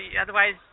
otherwise